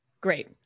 Great